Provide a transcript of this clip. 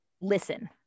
listen